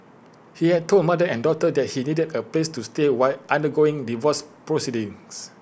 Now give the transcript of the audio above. he had told mother and daughter that he needed A place to stay while undergoing divorce proceedings